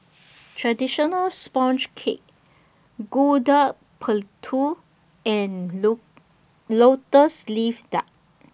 Traditional Sponge Cake Gudeg Putih and Lotus Leaf Duck